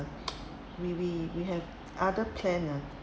we we we have other plan ah